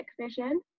vision